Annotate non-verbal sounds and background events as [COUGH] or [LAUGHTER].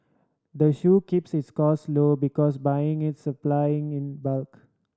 the [UNINTELLIGIBLE] keeps its cost low because buying its supplying in bulk